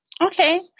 Okay